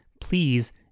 Please